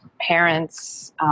parents